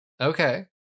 Okay